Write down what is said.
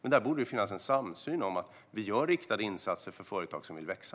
Det borde finnas en samsyn när det gäller riktade insatser för företag som vill växa.